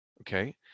Okay